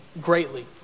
greatly